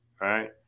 right